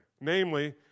namely